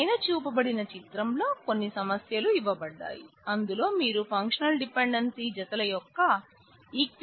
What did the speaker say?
పైన చూపబడిన చిత్రంలో కొన్ని సమస్యలు ఇవ్వబడ్డాయి అందులో మీరు ఫంక్షనల్ డిపెండెన్సీ ని కనుగొనాలి